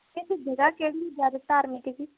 ਵੈਸੇ ਜਗ੍ਹਾ ਕਿਹੜੀ ਜ਼ਿਆਦਾ ਧਾਰਮਿਕ ਜੀ